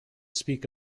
speak